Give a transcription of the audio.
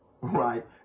right